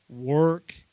work